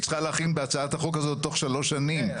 צריכה להכין בהצעת החוק הזאת תוך שלוש שנים.